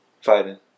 Fighting